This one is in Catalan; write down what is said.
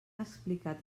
explicat